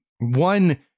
one